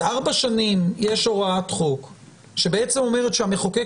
אז ארבע שנים יש הוראת חוק שאומרת שהמחוקק